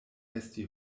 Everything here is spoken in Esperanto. esti